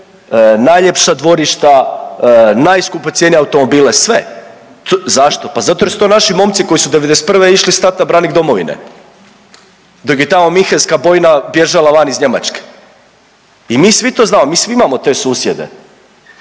najljepša dvorišta, najskupocjenije automobile, sve. Zašto? Pa zato jer su to naši momci koji su '91. išli stat na branik domovine dok je tamo Minhenska bojna bježala van iz Njemačke i mi svi to znamo, mi svi imamo te susjede